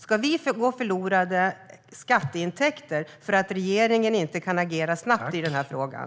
Ska vi gå miste om skatteintäkter för att regeringen inte kan agera snabbt i den här frågan?